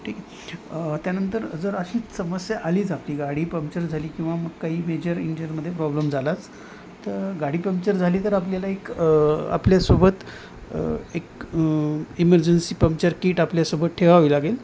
ठीके त्यानंतर जर अशी समस्या आलीच आपली गाडी पंप्चर झाली किंवा मग काही मेजर इंजनमधे प्रॉब्लेम झालाच तर गाडी पंप्चर झाली तर आपल्याला एक आपल्यासोबत एक इमर्जन्सी पंप्चर कीट आपल्यासोबत ठेवावी लागेल